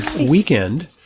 weekend